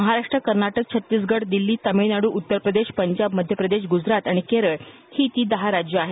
महाराष्ट्र कर्नाटक छत्तीसगड दिल्ली तमिळनाडू उत्तर प्रदेश पंजाब मध्य प्रदेश गुजरात आणि केरळ ही ती दहा राज्य आहेत